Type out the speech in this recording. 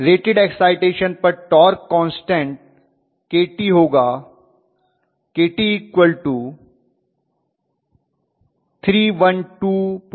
rated excitation पर torque constant kt होगा kt3125200